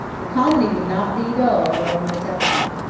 the comedy would not be dull, whatever its outcome.